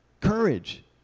courage